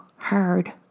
hard